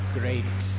great